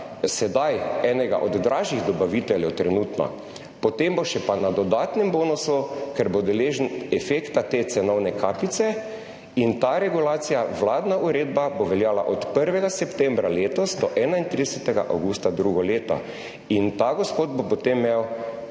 sedaj enega od trenutno dražjih dobaviteljev, potem pa bo še na dodatnem bonusu, ker bo deležen efekta te cenovne kapice in ta regulacija, vladna uredba, bo veljala od 1. septembra letos do 31. avgusta drugo leto. Ta gospod bo imel